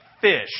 fish